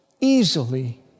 easily